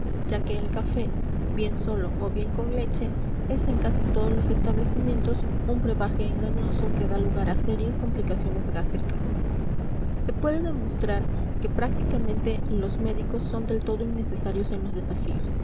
ya que el café bien solo o bien con leche es en casi todos los establecimientos un brebaje engañoso que da lugar a serias complicaciones gástricas se puede demostrar que prácticamente los médicos son del todo innecesarios en los desafíos